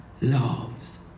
loves